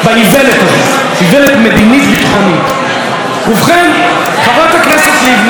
ובכן, חברת הכנסת לבני הייתה מהיוזמים והיוזמות